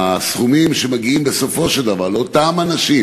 הסכומים שמגיעים בסופו של דבר לאותם אנשים,